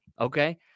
Okay